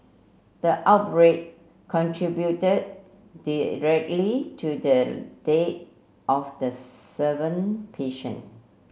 the outbreak contributed directly to the death of the seven patient